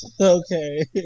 Okay